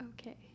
Okay